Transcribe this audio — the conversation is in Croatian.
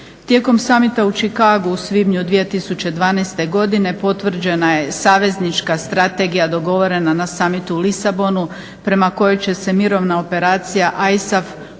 Tijekom summita u Chicagu u svibnju 2012. godine potvrđena je saveznička strategija dogovorena na summitu u Lisabonu prema kojoj će se mirovna operacija ISAF pokušati